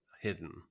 hidden